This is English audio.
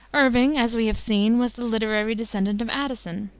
irving, as we have seen, was the literary descendant of addison.